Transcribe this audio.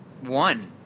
One